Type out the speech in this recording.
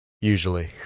Usually